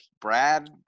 Brad